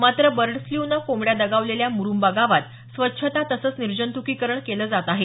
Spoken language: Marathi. मात्र बर्ड फ्ल्यू ने कोंबड्या दगावलेल्या मुरूंबा गावात स्वच्छता तसंच निर्जंतुकीकरण केलं जात आहे